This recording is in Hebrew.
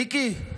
מיקי,